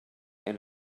and